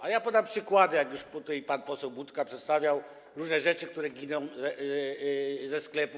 A ja podam przykłady, jak już tutaj pan poseł Budka przedstawiał, różne rzeczy, które giną ze sklepów.